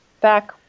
back